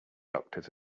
doctors